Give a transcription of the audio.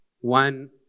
one